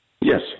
Yes